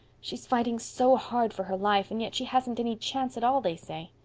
she's fighting so hard for her life, and yet she hasn't any chance at all, they say.